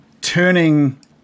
turning